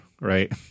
Right